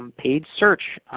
um paid search.